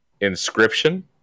Inscription